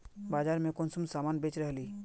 बाजार में कुंसम सामान बेच रहली?